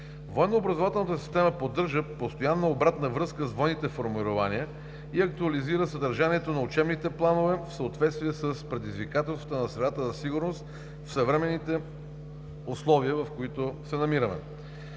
поддържа постоянно обратна връзка с военните формирования и актуализира съдържанието на учебните планове в съответствие с предизвикателствата на средата за сигурност в съвременните условия, в които се намираме.